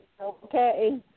okay